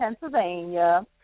Pennsylvania